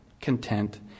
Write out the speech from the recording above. content